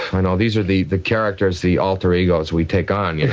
and these are the the characters, the alter-egos we take on. you know